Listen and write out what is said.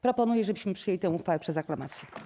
Proponuję, żebyśmy przyjęli tę uchwałę przez aklamację.